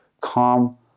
calm